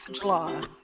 July